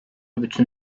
bütün